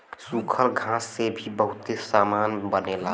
सूखल घास से भी बहुते सामान बनेला